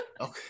Okay